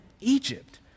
Egypt